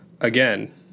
Again